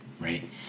right